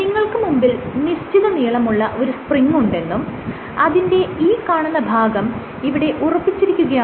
നിങ്ങൾക്ക് മുൻപിൽ നിശ്ചിത നീളമുള്ള ഒരു സ്പ്രിങ്ങുണ്ടെന്നും അതിന്റെ ഈ കാണുന്ന ഭാഗം ഇവിടെ ഉറപ്പിച്ചിരിക്കുകയാണെന്നും കരുതുക